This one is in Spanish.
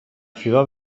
ciudad